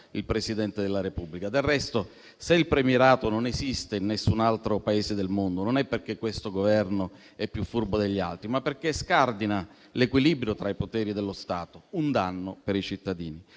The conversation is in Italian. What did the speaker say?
il Presidente della Repubblica. Del resto, se il premierato non esiste in nessun altro Paese del mondo, non è perché questo Governo è più furbo degli altri, ma perché scardina l'equilibrio tra i poteri dello Stato, un danno per i cittadini.